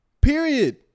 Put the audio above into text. Period